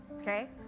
Okay